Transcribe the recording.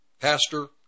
pastor